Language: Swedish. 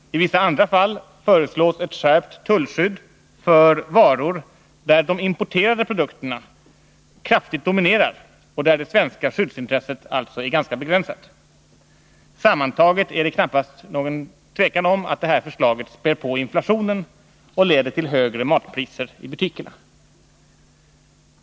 I vissa andra fall föreslås ett skärpt tullskydd för varor där de importerade produkterna kraftigt dominerar och där det svenska skyddsintresset alltså är ganska begränsat. Sammantaget råder det knappast något tvivel om att detta förslag spär på inflationen och leder till högre matpriser i butikerna.